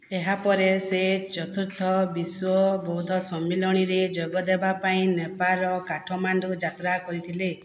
ଏହାପରେ ସେ ଚତୁର୍ଥ ବିଶ୍ୱ ବୌଦ୍ଧ ସମ୍ମିଲନୀରେ ଯୋଗଦେବା ପାଇଁ ନେପାଳର କାଠମାଣ୍ଡୁ ଯାତ୍ରା କରିଥିଲେ